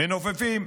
מנופפים: